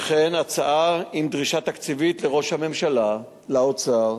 וכן הצעה עם דרישה תקציבית לראש הממשלה, לאוצר,